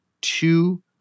two